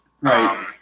Right